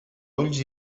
ulls